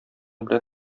белән